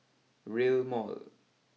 rail Mall